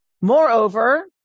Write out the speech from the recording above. Moreover